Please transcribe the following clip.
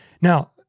Now